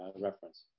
reference